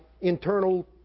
internal